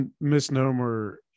misnomer